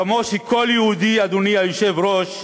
כמו שכל יהודי, אדוני היושב-ראש,